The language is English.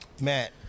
Matt